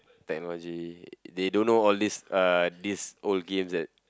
technology they don't know all these uh these old games and